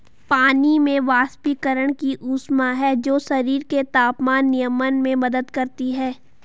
पानी में वाष्पीकरण की ऊष्मा है जो शरीर के तापमान नियमन में मदद करती है